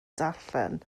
darllen